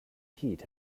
heat